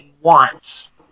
wants